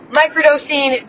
microdosing